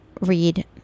read